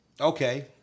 Okay